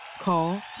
Call